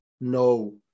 no